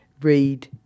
Read